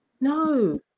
No